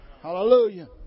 Hallelujah